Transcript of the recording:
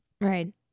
Right